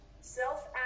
Self